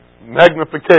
magnification